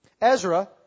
Ezra